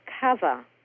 cover